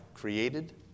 created